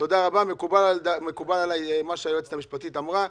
מקובל עלי מה שהיועצת המשפטית אמרה.